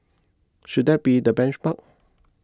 should that be the benchmark